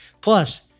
Plus